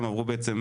הם עברו בעצם,